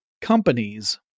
companies